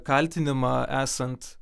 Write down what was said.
kaltinimą esant